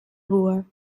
ruhr